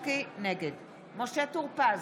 נגד משה טור פז,